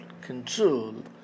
control